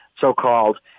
so-called